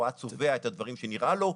הם היו צובעים את הדברים שנראה להם,